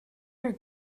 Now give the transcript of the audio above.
are